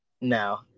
No